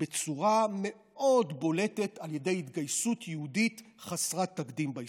בצורה מאוד בולטת על ידי התגייסות יהודית חסרת תקדים בהיסטוריה.